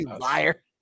liar